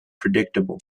predictable